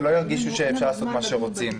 שלא ירגישו שאפשר לעשות מה שרוצים.